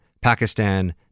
Pakistan